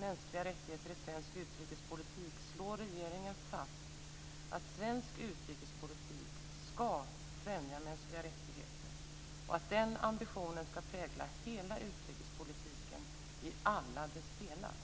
Mänskliga rättigheter i svensk utrikespolitik slår regeringen fast att svensk utrikespolitik skall främja mänskliga rättigheter och att den ambitionen skall prägla hela utrikespolitiken i alla dess delar.